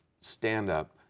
stand-up